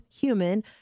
human